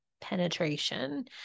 penetration